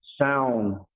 sound